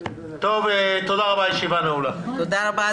תודה רבה,